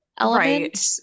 Right